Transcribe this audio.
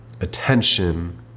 attention